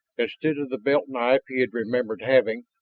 instead of the belt knife he had remembered having,